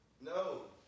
No